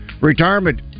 retirement